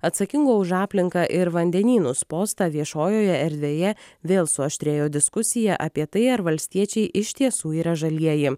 atsakingo už aplinką ir vandenynus postą viešojoje erdvėje vėl suaštrėjo diskusija apie tai ar valstiečiai iš tiesų yra žalieji